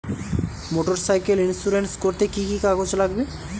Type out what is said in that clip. Motorcycle insurance করতে কি কি কাগজ লাগবে?